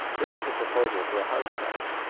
this was a proposal for a house-tax,